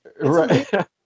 Right